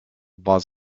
war